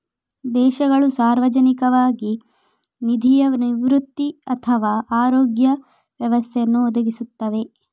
ದೇಶಗಳು ಸಾರ್ವಜನಿಕವಾಗಿ ನಿಧಿಯ ನಿವೃತ್ತಿ ಅಥವಾ ಆರೋಗ್ಯ ವ್ಯವಸ್ಥೆಯನ್ನು ಒದಗಿಸುತ್ತವೆ